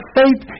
faith